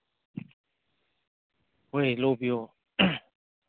ꯍꯣꯏ ꯂꯧꯕꯤꯌꯣ